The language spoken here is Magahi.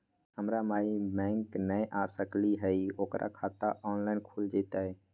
हमर माई बैंक नई आ सकली हई, ओकर खाता ऑनलाइन खुल जयतई?